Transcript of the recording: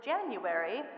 January